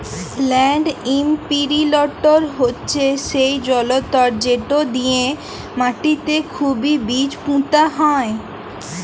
land ইমপিরিলটর হছে সেই জলতর্ যেট দিঁয়ে মাটিতে খুবই বীজ পুঁতা হয়